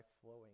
flowing